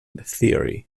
theory